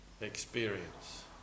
experience